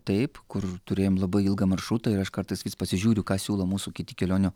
taip kur turėjom labai ilgą maršrutą ir aš kartais vis pasižiūriu ką siūlo mūsų kiti kelionių